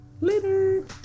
Later